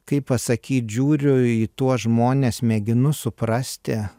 kaip pasakyt žiūriu į tuos žmones mėginu suprasti